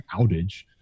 outage